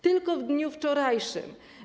Tylko w dniu wczorajszym.